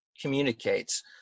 communicates